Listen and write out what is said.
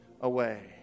away